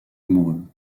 amoureux